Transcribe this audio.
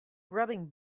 grubbing